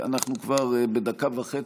אנחנו כבר בדקה וחצי,